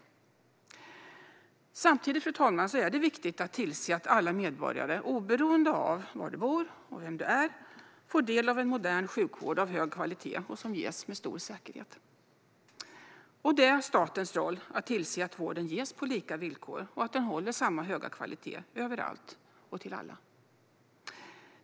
Samtidigt, fru talman, är det viktigt att tillse att alla medborgare - oberoende av var du bor och vem du är - får del av en modern sjukvård av hög kvalitet som ges med stor säkerhet. Det är statens roll att tillse att vården ges på lika villkor och att den håller samma höga kvalitet överallt och för alla.